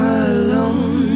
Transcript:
alone